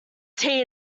tea